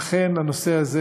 ולכן, בנושא הזה